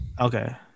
Okay